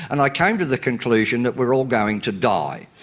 and i came to the conclusion that we are all going to die.